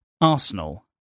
Arsenal